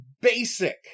basic